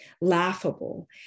laughable